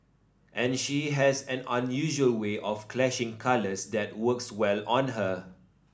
and she has an unusual way of clashing colours that works well on her